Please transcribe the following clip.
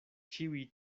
ĉiuj